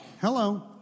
Hello